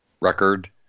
record